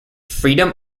freedom